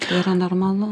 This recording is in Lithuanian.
tai yra normalu